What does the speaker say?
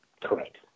Correct